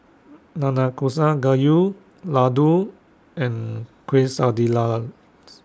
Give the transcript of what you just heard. Nanakusa Gayu Ladoo and Quesadillas